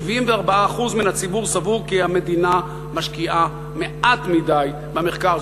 74% מהציבור סבורים כי המדינה משקיעה מעט מדי במחקר.